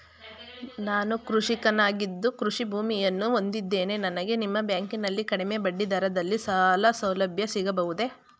ನಾನು ಕೃಷಿಕನಾಗಿದ್ದು ಕೃಷಿ ಭೂಮಿಯನ್ನು ಹೊಂದಿದ್ದೇನೆ ನನಗೆ ನಿಮ್ಮ ಬ್ಯಾಂಕಿನಲ್ಲಿ ಕಡಿಮೆ ಬಡ್ಡಿ ದರದಲ್ಲಿ ಸಾಲಸೌಲಭ್ಯ ಸಿಗಬಹುದೇ?